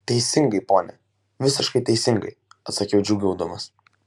teisingai pone visiškai teisingai atsakiau džiūgaudamas